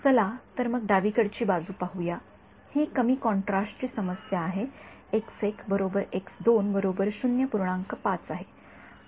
चला तर मग डावीकडची बाजू पाहूया ही कमी कॉन्ट्रास्टची समस्या आहे आहे